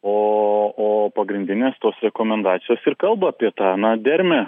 o o pagrindinės tos rekomendacijos ir kalba apie tą na dermę